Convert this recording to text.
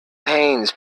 pains